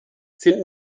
sind